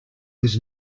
was